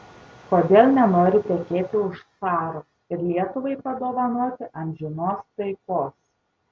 kodėl nenori tekėti už caro ir lietuvai padovanoti amžinos taikos